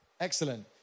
Excellent